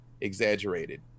exaggerated